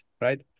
right